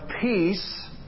peace